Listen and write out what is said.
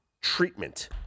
treatment